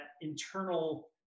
internal